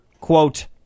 quote